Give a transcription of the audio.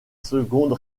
seconde